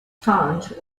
turned